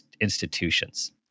institutions